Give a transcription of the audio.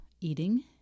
eating